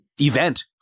event